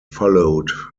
followed